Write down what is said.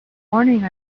morning